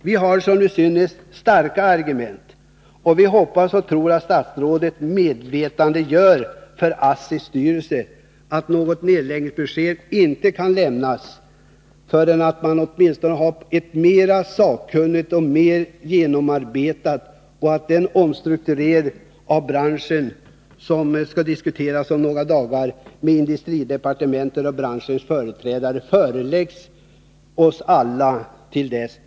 Vi har som synes starka argument, och vi hoppas och tror att statsrådet gör ASSI:s styrelse medveten om att något nedläggningsbesked inte kan lämnas förrän man på ett mera sakkunnigt sätt har genomarbetat den omstrukturering av branschen som om några dagar skall diskuteras av industridepartementet och branschens företrädare.